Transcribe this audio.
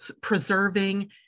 preserving